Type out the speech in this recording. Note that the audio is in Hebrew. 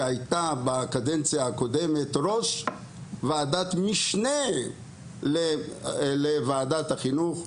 שהייתה בקדנציה הקודמת ראש ועדת משנה לוועדת החינוך,